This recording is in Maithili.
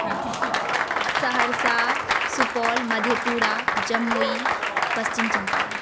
सहरसा सुपौल मधेपुरा जमुई पश्चिम चंपारण